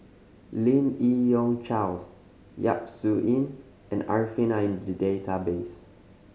Lim Yi Yong Charles Yap Su Yin and Arifin are in the database